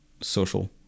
social